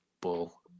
bull